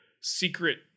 secret